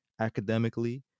academically